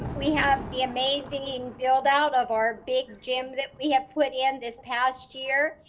and we have the amazing build out of our big gym that we have put in this past year.